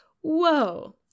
whoa